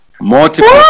Multiple